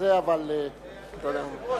אדוני היושב-ראש,